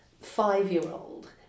five-year-old